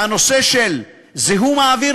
והנושא של זיהום האוויר,